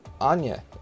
Anya